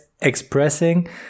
expressing